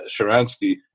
Sharansky